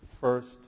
first